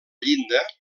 llinda